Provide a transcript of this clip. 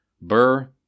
Burr